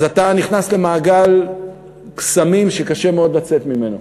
אז אתה נכנס למעגל קסמים שקשה מאוד לצאת ממנו.